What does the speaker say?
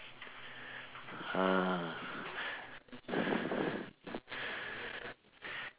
ah